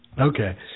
Okay